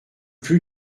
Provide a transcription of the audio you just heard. plus